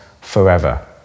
forever